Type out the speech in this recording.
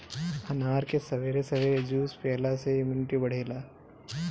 अनार के सबेरे सबेरे जूस पियला से इमुनिटी बढ़ेला